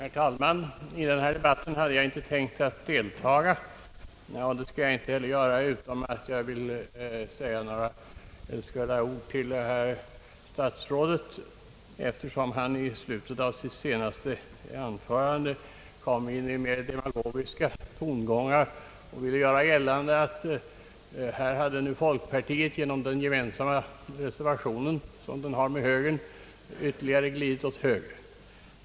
Herr talman! I denna debatt hade jag inte tänkt deltaga, men jag vill säga några älskvärda ord till statsrådet eftersom han i slutet av sitt senaste anförande kom in i mer demagogiska tongångar och ville göra gällande att folkpartiet genom den med högern gemensamma reservationen ytterligare glidit åt höger.